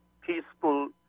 peaceful